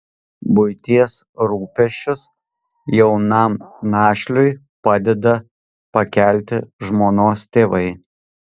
buities rūpesčius jaunam našliui padeda pakelti žmonos tėvai